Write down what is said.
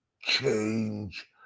change